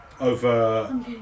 over